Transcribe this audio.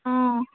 অঁ